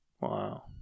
Wow